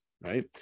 right